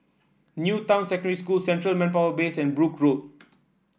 New Town Secondary School Central Manpower Base and Brooke Road